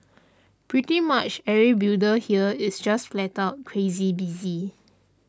pretty much every builder here is just flat out crazy busy